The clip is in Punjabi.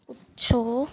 ਪੁੱਛੋ